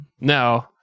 Now